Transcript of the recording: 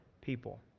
people